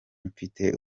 mfite